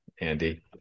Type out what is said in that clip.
Andy